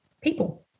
people